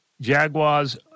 Jaguars